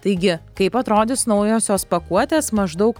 taigi kaip atrodys naujosios pakuotės maždaug